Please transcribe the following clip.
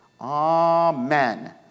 amen